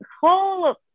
whole